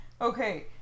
Okay